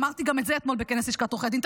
אמרתי גם את זה אתמול בכנס לשכת עורכי הדין.